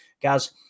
Guys